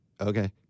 okay